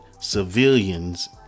civilians